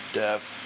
death